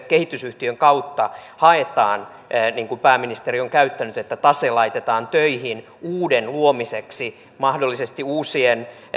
kehitysyhtiön kautta haetaan niin kuin pääministeri on sanonut sitä että tase laitetaan töihin uuden luomiseksi mahdollisesti uusien